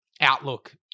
outlook